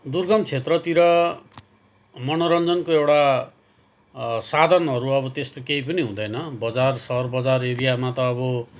दुर्गम क्षेत्रतिर मनोरञ्जनको एउटा साधनहरू अब त्यस्तो केही पनि हुँदैन बजार सहर बजार एरियामा त अब